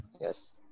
Yes